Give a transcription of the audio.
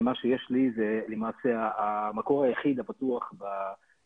ומה שיש לי זה למעשה המקור היחיד הבטוח במדינה,